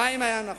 חיים היה נחוש.